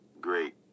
Great